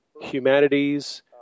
humanities